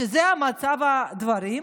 שזה מצב הדברים,